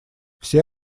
все